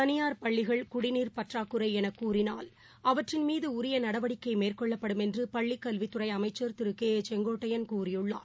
தனிபாா் பள்ளிகள் பற்றாக்குறைஎனகூறினால் குடிநீர் அவற்றின் மீதுஉரியநடவடிக்கைமேற்கொள்ளப்படும் என்றுபள்ளிக் கல்வித்துறைஅமைச்சர் திருகே ஏ செங்கோட்டையன் கூறியுள்ளார்